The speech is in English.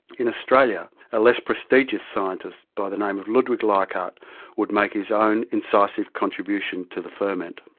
in australia, a less prestigious scientist by the name of ludwig leichhardt would make his own incisive contribution to the ferment.